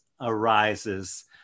arises